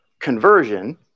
conversion